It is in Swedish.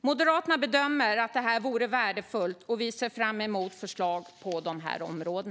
Moderaterna bedömer att detta vore värdefullt och ser fram emot förslag på dessa områden.